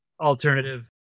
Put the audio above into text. alternative